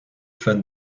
fan